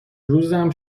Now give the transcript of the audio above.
روزم